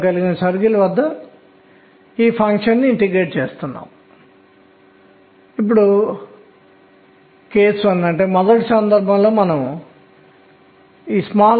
కాబట్టి అత్యల్ప కోణీయ ద్రవ్యవేగం 1 కావచ్చు మరియు సంఖ్య 2 అతి ముఖ్యమైనది